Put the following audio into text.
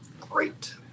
Great